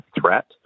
threat